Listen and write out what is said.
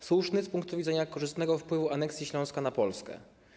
Jest słuszny z punktu widzenia korzystnego wpływu aneksji Śląska na Polskę.